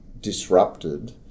disrupted